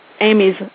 Amy's